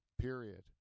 period